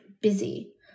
busy